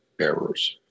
errors